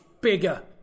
bigger